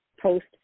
post